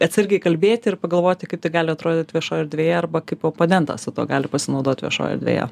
atsargiai kalbėti ir pagalvoti kaip tai gali atrodyt viešoj erdvėje arba kaip oponentas su tuo gali pasinaudot viešoj erdvėje